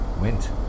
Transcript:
went